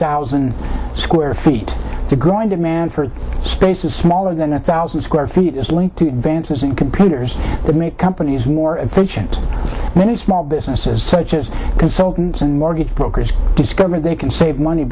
thousand square feet the growing demand for space is smaller than a thousand square feet is linked to advancing computers that make companies more efficient many small businesses such as consultants and mortgage brokers discover they can save money